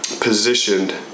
positioned